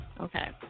Okay